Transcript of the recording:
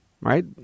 Right